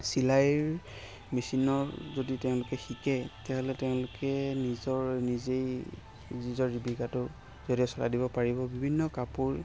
চিলাইৰ মেচিনৰ যদি তেওঁলোকে শিকে তেতিয়াহ'লে তেওঁলোকে নিজৰ নিজেই নিজৰ জীৱিকাটো যাতে চলাই দিব পাৰিব বিভিন্ন কাপোৰ